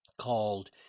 called